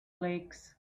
lakes